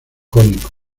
cónico